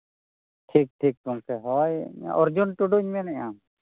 ᱴᱷᱤᱠ ᱴᱷᱤᱠ ᱴᱷᱤᱠ ᱜᱚᱢᱠᱮ ᱦᱳᱭ ᱚᱨᱡᱩᱱ ᱴᱩᱰᱩᱧ ᱢᱮᱱᱮᱫᱼᱟ